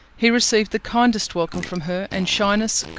he received the kindest welcome from her and shyness,